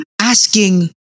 asking